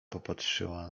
popatrzyła